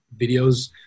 videos